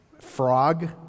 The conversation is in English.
Frog